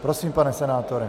Prosím, pane senátore.